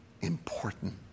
important